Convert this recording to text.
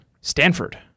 Stanford